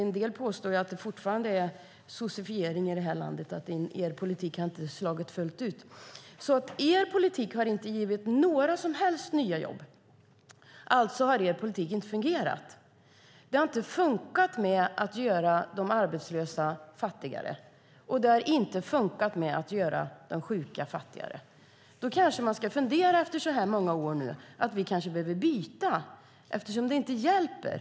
En del påstår att det fortfarande är sossefiering i det här landet och att er politik inte har slagit igenom fullt ut. Er politik har alltså inte gett några som helst nya jobb. Därmed har er politik inte fungerat. Det har inte funkat att göra de arbetslösa fattigare, och det har inte funkat att göra de sjuka fattigare. Efter så många år kanske man nu ska fundera på om vi behöver byta, eftersom det inte hjälper.